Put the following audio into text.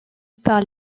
par